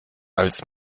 als